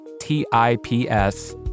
T-I-P-S